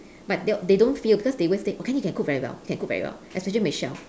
but they they don't feel because they always say okay you can cook very well you can cook very well especially michelle